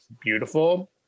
beautiful